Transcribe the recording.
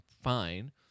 fine